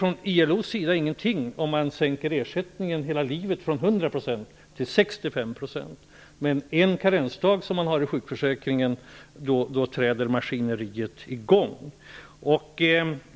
Från ILO:s sida säger man ingenting om att man skall sänka ersättningen för hela livet från 100 % till 65 %. Men när det gäller en karensdag i sjukförsäkringen träder maskineriet i gång.